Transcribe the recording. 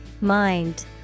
Mind